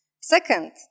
Second